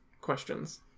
questions